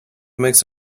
makes